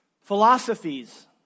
Philosophies